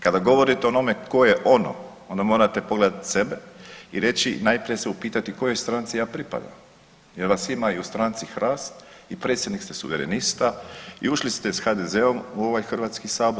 Kada govorite o onome tko je ono onda morate pogledati sebe i reći najprije se upitati kojoj stranci ja pripadam, jer vas ima i u stranci Hrast i predsjednik ste Suverenista i ušli ste s HDZ-om u ovaj Hrvatski sabor.